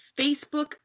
Facebook